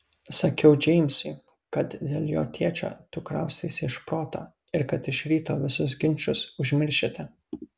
sakiau džeimsui kad dėl jo tėčio tu kraustaisi iš proto ir kad iš ryto visus ginčus užmiršite